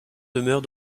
demeure